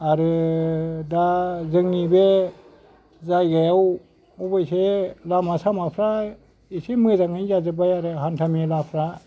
आरो दा जोंनि बे जायगायाव अबसे लामा सामाफ्रा एसे मोजाङै जाजोबबाय आरो हान्था मेलाफ्रा